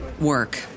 work